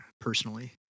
personally